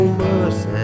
mercy